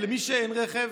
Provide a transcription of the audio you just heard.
ולמי שאין רכב?